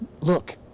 look